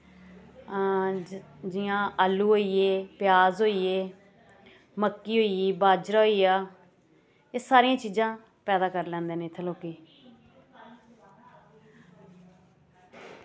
आं जि'यां आलू होइये प्याज़ होइये मक्की होई गेई बाजरा होइया एह् सारियां चीजां पैदा करी लैंदे न इ'त्थें लोकी